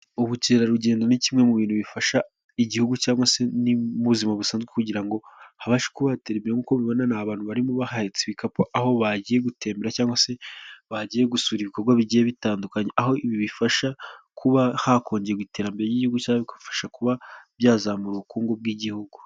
Ubukerarugendo ni kimwe mu bintu bifasha igihugu cyangwa se, ni mu buzima busanzwe kugira ngo habashe kuba hatera imbere, nk'uko ubibona ni abantu barimo bahetse ibikapu, aho bagiye gutembera cyangwa se bagiye gusura ibikorwa bigiye bitandukanyekanya, aho bifasha kuba hakongerwa iterambere ry'igihugu cyangwa bigafasha kuba byazamura ubukungu bw'igihugu.